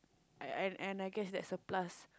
I I and I guess that's a plus